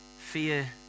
fear